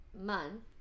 month